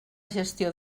gestió